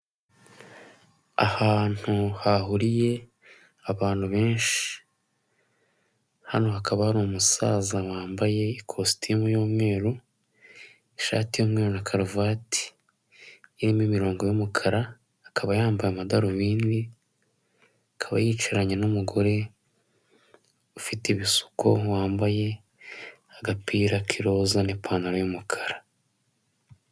Ahantu hahuriye abantu benshi. Hano hakaba hari umusaza wambaye ikositimu y'umweru, ishati y'umweru, na karuvati irimo imirongo y'umukara, akaba yambaye amadarubindi, akaba yicaranye n'umugore ufite ibisuko, wambaye agapira k'iroza n'ipantaro y'umukara.